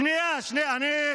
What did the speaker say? שנייה, שנייה.